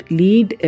lead